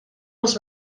els